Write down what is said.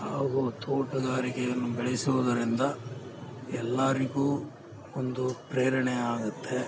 ಹಾಗು ತೋಟಗಾರಿಕೆಯನ್ನು ಬೆಳೆಸುವುದರಿಂದ ಎಲ್ಲರಿಗೂ ಒಂದು ಪ್ರೇರಣೆ ಆಗುತ್ತೆ